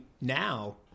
now